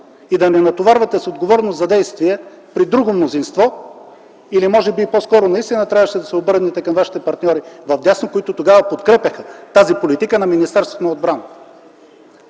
и да ни натоварвате с отговорност за действия при друго мнозинство. Или може би наистина трябваше да се обърнете по-скоро към вашите партньори вдясно, които тогава подкрепяха тази политика на Министерството на отбраната.